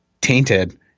tainted